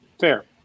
fair